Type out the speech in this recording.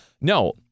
No